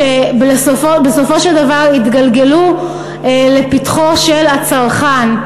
שבסופו של דבר התגלגלו לפתחו של הצרכן.